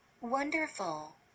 Wonderful